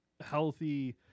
healthy